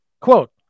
Quote